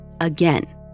Again